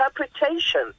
interpretation